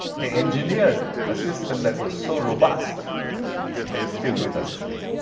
they engineered a system that was so robust that it's still with us today,